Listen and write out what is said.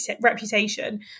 Reputation